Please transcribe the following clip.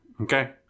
okay